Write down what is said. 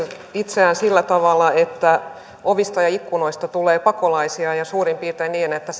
itseään sillä tavalla että ovista ja ikkunoista tulee pakolaisia ja suurin piirtein